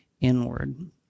inward